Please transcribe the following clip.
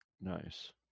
Nice